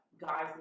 guys